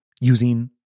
using